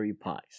pies